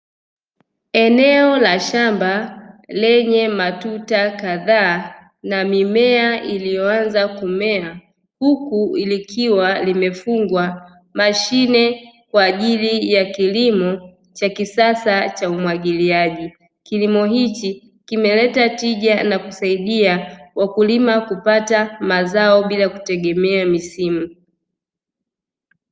Eneo la shamba lenye matuta kadhaa, na mimea iliyoanza kumea, huku likiwa limefungwa mashine kwa ajili ya kilimo cha kisasa cha umwagiliaji. Kilimo hichi kimeleta tija na kusaidia wakulima kupata mazao, bila kutegemea misimu.